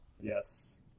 Yes